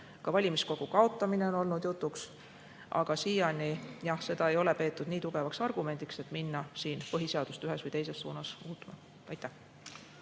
Ka valimiskogu kaotamine on olnud jutuks. Aga siiani, jah, ei ole seda peetud nii tugevaks argumendiks, et minna põhiseadust ühes või teises suunas muutma. Urve